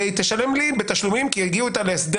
היא תשלם לי בתשלומים כי הגיעה להסדר